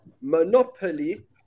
Monopoly